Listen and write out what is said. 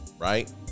Right